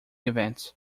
events